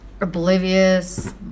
oblivious